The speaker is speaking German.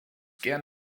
gern